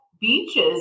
beaches